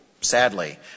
sadly